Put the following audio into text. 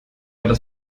das